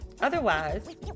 Otherwise